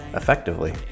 effectively